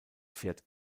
pferd